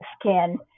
skin